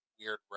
weird